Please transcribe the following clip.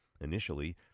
Initially